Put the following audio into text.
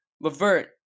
Levert